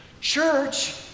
church